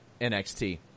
NXT